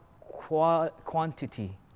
quantity